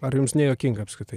ar jums nejuokinga apskritai